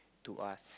to us